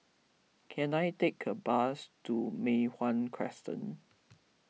can I take a bus to Mei Hwan Crescent